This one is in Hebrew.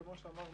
כמו שאמרנו,